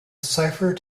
cipher